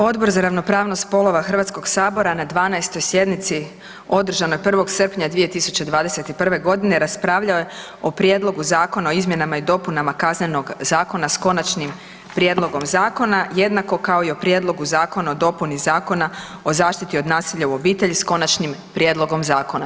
Odbor za ravnopravnost spolova HS-a na 12. sjednici održanoj 1. srpnja 2021. g. raspravljao je o Prijedlogu zakona o izmjenama i dopunama Kaznenog zakona s končanim prijedlogom zakona, jednako kao i Prijedlogu zakona o dopuni Zakona o zaštiti od nasilja u obitelji s konačnim prijedlogom zakona.